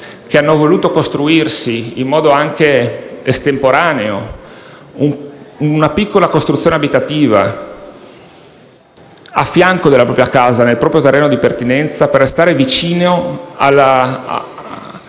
che hanno voluto costruire, in modo anche estemporaneo, una piccola costruzione abitativa di fianco alla propria casa, nel proprio terreno di pertinenza, per restare vicino alla